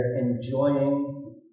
enjoying